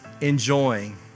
enjoying